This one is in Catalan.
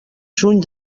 juny